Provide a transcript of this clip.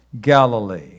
Galilee